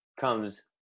comes